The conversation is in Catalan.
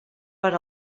per